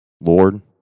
Lord